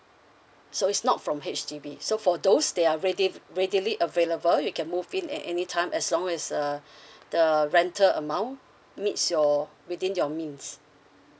so it's not from H_D_B so for those they are ready readily available you can move in at any time as long as uh the rental amount meets your within your means